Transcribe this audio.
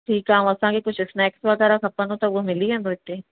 ठीकु आहे ऐं असांखे कुझु स्नैकस वग़ैरह खपंदो त उहो मिली वेंदव हिते